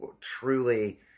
truly